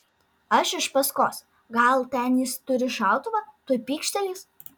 aš iš paskos gal ten jis turi šautuvą tuoj pykštelės